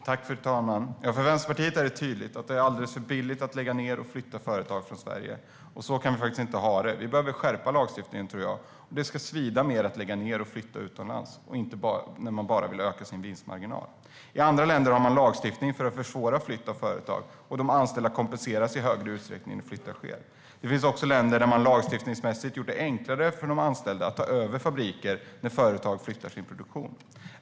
Fru talman! För Vänsterpartiet är det tydligt att det är alldeles för billigt att lägga ned och flytta företag från Sverige, och så kan vi faktiskt inte ha det. Vi behöver skärpa lagstiftningen, tror jag. Det ska svida mer att lägga ned och flytta utomlands när man bara vill öka sin vinstmarginal. I andra länder har man lagstiftning som försvårar flytt av företag, och de anställda kompenseras i större utsträckning när flytt sker. Det finns också länder där man lagstiftningsmässigt gjort det enklare för de anställda att ta över fabriker när företag flyttar sin produktion.